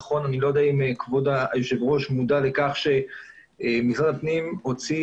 אני לא יודע אם כבוד היושב ראש מודע לכך שמשרד הפנים הוציא